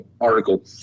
article